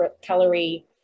calorie